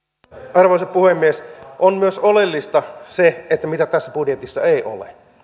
arvoisa puhemies on oleellista myös se mitä tässä budjetissa ei ole